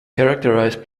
characterized